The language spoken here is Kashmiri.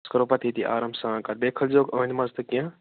أسۍ کَرو پتہٕ ییٚتی آرام سان کتھ بیٚیہِ کھٲلۍزِہوٗکھ أہٕنٛدِ منٛز تہِ کیٚنٛہہ